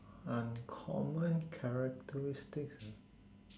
uncommon characteristics ah